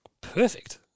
perfect